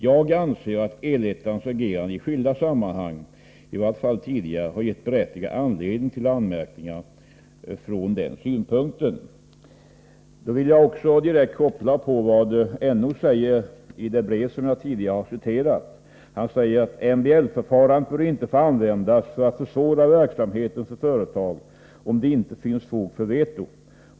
Jag anser att El-ettans agerande i skilda sammanhang — i vart fall tidigare — har gett berättigad anledning till anmärkningar från den synpunkten.” Jag vill direkt anknyta till vad NO säger i det brev som jag tidigare har citerat: ”MBL-förfarandet bör inte få användas för att försvåra verksamheten för företag, om inte det finns fog för veto.